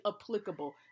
applicable